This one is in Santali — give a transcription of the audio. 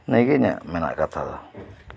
ᱱᱤᱭᱟᱹᱜᱮ ᱤᱧᱟᱹᱜ ᱢᱮᱱᱟᱜ ᱠᱟᱛᱷᱟ ᱫᱚ